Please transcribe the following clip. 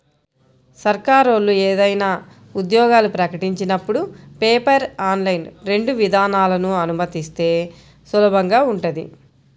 సర్కారోళ్ళు ఏదైనా ఉద్యోగాలు ప్రకటించినపుడు పేపర్, ఆన్లైన్ రెండు విధానాలనూ అనుమతిస్తే సులభంగా ఉంటది